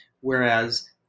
Whereas